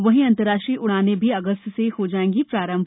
वहीं अंतर्राष्ट्रीय उड़ाने भी अगस्त से हो जाएंगी प्रारंभ